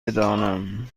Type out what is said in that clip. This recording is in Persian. بدانم